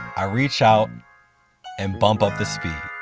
i reach out and bump up the speed.